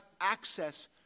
access